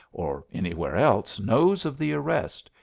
or anywhere else, knows of the arrest,